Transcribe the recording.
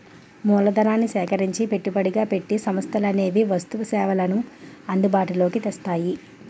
మూలధనాన్ని సేకరించి పెట్టుబడిగా పెట్టి సంస్థలనేవి వస్తు సేవల్ని అందుబాటులో తెస్తాయి